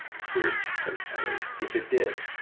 it's weird, but it's how it is. if it did.